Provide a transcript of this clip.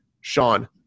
Sean